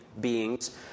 beings